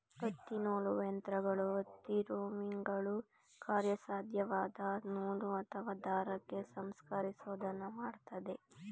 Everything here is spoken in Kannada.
ಹತ್ತಿನೂಲುವ ಯಂತ್ರಗಳು ಹತ್ತಿ ರೋವಿಂಗನ್ನು ಕಾರ್ಯಸಾಧ್ಯವಾದ ನೂಲು ಅಥವಾ ದಾರಕ್ಕೆ ಸಂಸ್ಕರಿಸೋದನ್ನ ಮಾಡ್ತದೆ